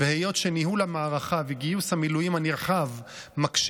והיות שניהול המערכה וגיוס המילואים הנרחב מקשים